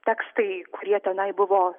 tekstai kurie tenai buvo